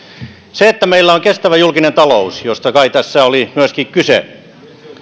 se että meillä on kestävä julkinen talous josta tässä kai oli myöskin kyse